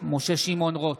משה שמעון רוט,